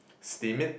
steam it